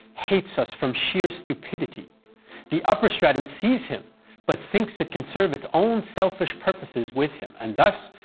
hates us from sheer stupidity the upper stratum sees him but thinks it can serve its own selfish purposes with him and thus,